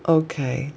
okay